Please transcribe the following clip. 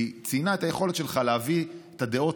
היא ציינה את היכולת שלך להביא את הדעות